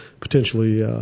potentially –